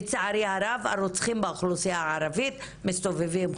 לצערי הרב הרוצחים באוכלוסיה הערבית מסתובבים חופשי.